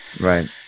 Right